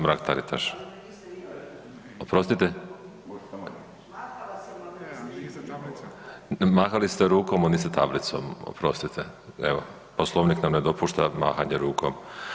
Mrak-Taritaš. … [[Upadica iz klupe se ne razumije]] Oprostite? … [[Upadica iz klupe se ne razumije]] Mahali ste rukom, a niste tablicom, oprostite, evo Poslovnik nam ne dopušta mahanje rukom.